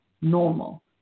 normal